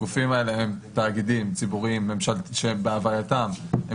הגופים האלה הם תאגידים ציבוריים שבהווייתם הם